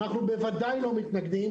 אנחנו בוודאי לא מתנגדים.